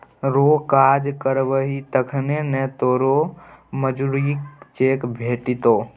रौ काज करबही तखने न तोरो मजुरीक चेक भेटतौ